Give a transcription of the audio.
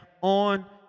on